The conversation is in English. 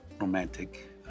romantic